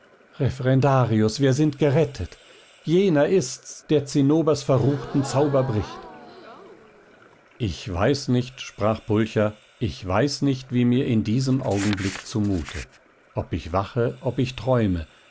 referendarius wir sind gerettet jener ist's der zinnobers verruchten zauber bricht ich weiß nicht sprach pulcher ich weiß nicht wie mir in diesem augenblick zumute ob ich wache ob ich träume